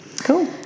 Cool